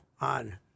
on